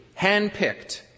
handpicked